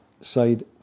side